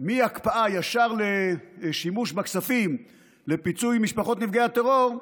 מהקפאה ישר לשימוש בכספים לפיצוי משפחות נפגעי הטרור,